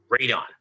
radon